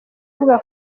ivuga